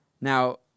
Now